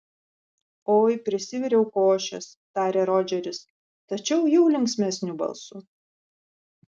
oi prisiviriau košės tarė rodžeris tačiau jau linksmesniu balsu